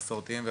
מסורתיים,